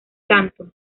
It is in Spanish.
canto